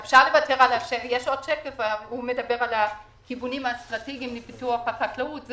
יש עוד שקף שמדבר על כיוונים אסטרטגיים לפיתוח החקלאות.